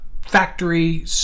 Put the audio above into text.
factory